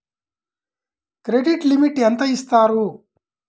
Credit limit ఎంత ఇస్తారు?